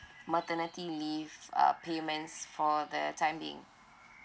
maternity leave uh payments for the time being